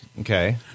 Okay